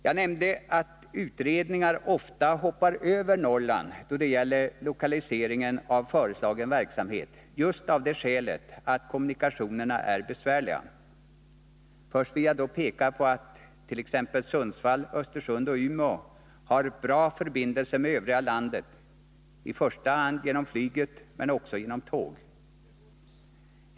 Jag nämnde att utredningar ofta hoppar över Norrland då det gäller lokaliseringen av föreslagen verksamhet, just av det skälet att kommunikationerna är besvärliga. Först vill jag då peka på att t.ex. Sundsvall, Östersund och Umeå har bra förbindelser med övriga landet, i första hand genom flyget men också genom tåg.